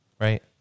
Right